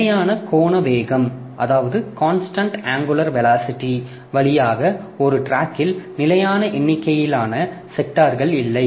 நிலையான கோண வேகம் வழியாக ஒரு டிராக்கில் நிலையான எண்ணிக்கையிலான செக்டார்கள் இல்லை